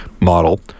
model